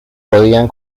podían